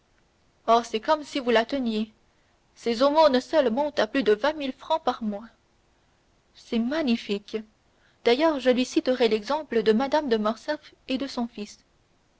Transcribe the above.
c'est comme si vous la teniez ses aumônes seules montent à plus de vingt mille francs par mois c'est magnifique d'ailleurs je lui citerai l'exemple de mme de morcerf et de son fils